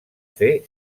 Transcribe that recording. fer